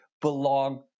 belong